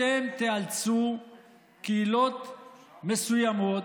אתם תיאלצו קהילות מסוימות,